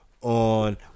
on